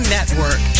Network